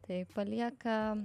tai palieka